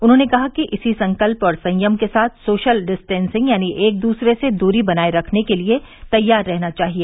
उन्होंने कहा कि इसी संकल्प और संयम के साथ सोशल डिस्टेन्सिंग यानी एक दूसरे से दूरी बनाए रखने के लिए तैयार रहना चाहिए